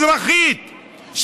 אזרחית,